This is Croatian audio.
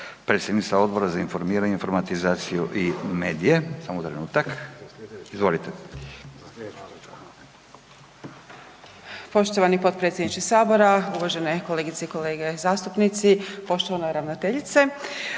predsjednica Odbora za informiranje, informatizaciju i medije, samo trenutak. Izvolite. **Martinčević, Natalija (Reformisti)** Poštovani potpredsjedniče Sabora, uvažene kolegice i kolege zastupnici, poštovana ravnateljice.